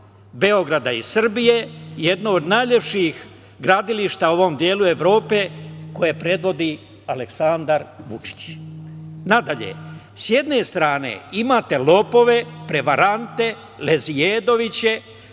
Beograda i Srbije, jedno od najlepših gradilišta u ovom delu Evrope, koje predvodi Aleksandar Vučić. Nadalje, s jedne strane, imate lopove, prevarante, lezijedoviće